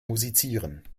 musizieren